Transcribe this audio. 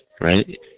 Right